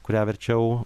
kurią verčiau